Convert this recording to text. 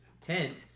tent